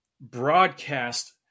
broadcast